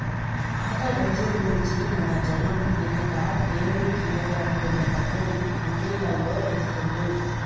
పాత రోజుల్నుంచీ మన జనం గినక దేవుడికియ్యాలనుకునే డబ్బుని హుండీలల్లో వేస్తుళ్ళు